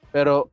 Pero